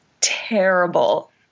terrible